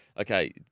okay